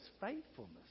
faithfulness